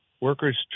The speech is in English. Workers